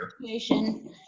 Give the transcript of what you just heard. situation